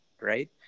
right